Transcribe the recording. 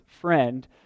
friend